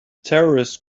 terrorist